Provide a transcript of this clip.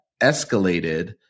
escalated